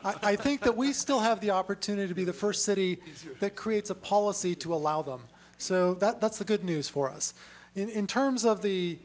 policy i think that we still have the opportunity to be the first city that creates a policy to allow them so that that's the good news for us in terms of the